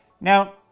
Now